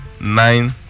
nine